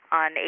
on